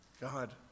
God